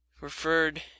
referred